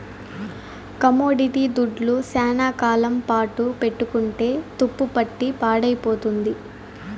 commodity దుడ్లు శ్యానా కాలం పాటు పెట్టుకుంటే తుప్పుపట్టి పాడైపోతుంది